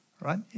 right